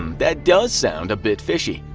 um that does sound a bit fishy.